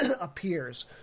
appears